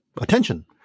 attention